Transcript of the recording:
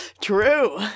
True